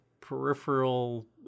peripheral